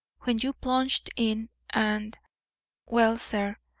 when you plunged in and well, sir,